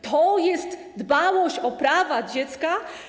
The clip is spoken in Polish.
To jest dbałość o prawa dziecka?